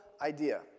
Idea